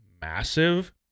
massive